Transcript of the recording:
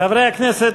חברי הכנסת,